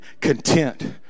content